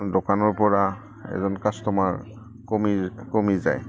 দোকানৰপৰা এজন কাষ্টমাৰ কমি কমি যায়